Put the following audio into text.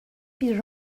bir